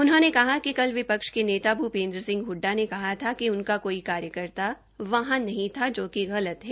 उन्होंने कहा कि कल विपक्ष के नेता भूपेन्द्र सिंह हडा ने कहा था कि उनका कोई कार्यकर्ता वहां नहीं था जोकि गलत है